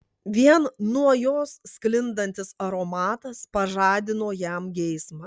vien nuo jos sklindantis aromatas pažadino jam geismą